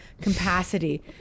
capacity